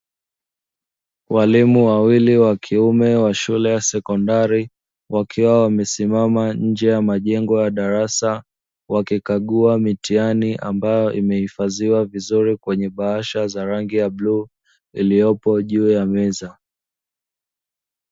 Walimu wawili wa kiume wa shule ya sekondari, wakiwa wamesimama nje ya majengo ya darasa, wakikagua mitihani ambayo imehifadhiwa vizuri kwenye bahasha za rangi ya bluu iliyopo juu ya meza.